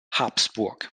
habsburg